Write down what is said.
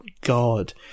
God